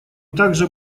также